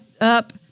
up